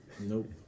Nope